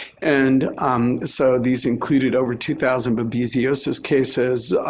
and so these included over two thousand but babesiosis cases,